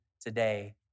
today